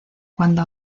cuando